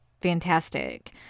fantastic